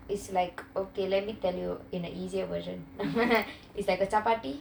is like okay let me tell you in an easier version is like a chapati